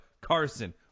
Carson